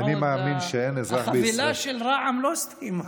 החבילה של רע"מ לא הסתיימה.